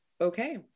Okay